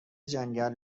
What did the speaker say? جنگل